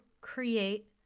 create